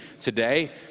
today